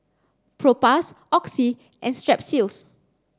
Propass Oxy and Strepsils